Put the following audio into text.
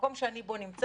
במקום שאני בו נמצא,